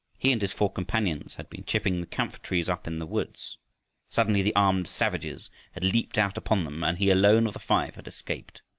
he and his four companions had been chipping the camphor trees up in the woods suddenly the armed savages had leaped out upon them and he alone of the five had escaped.